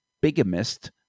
bigamist